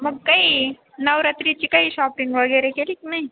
मग काही नवरात्रीची काही शॉपिंग वगैरे केली की नाही